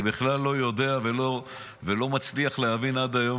אני בכלל לא יודע ולא מצליח להבין עד היום,